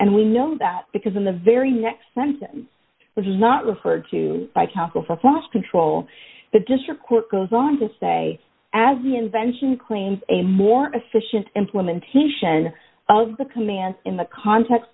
and we know that because in the very next sentence which is not referred to by counsel for fast control the district court goes on to say as the invention claims a more efficient implementation of the commands in the context